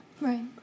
right